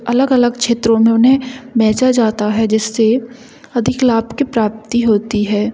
अलग अलग क्षेत्रों में उन्हें बेचा जाता है जिससे अधिक लाभ की प्राप्ति होती है